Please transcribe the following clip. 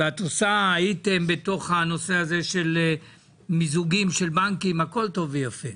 הייתם בנושא של מיזוגים של בנקים הכול טוב ויפה.